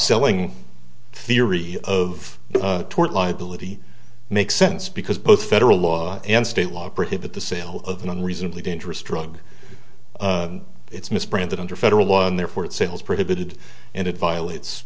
selling theory of tort liability makes sense because both federal law and state laws prohibit the sale of an unreasonably dangerous drug it's misbranded under federal law and therefore it sales prohibited and it violates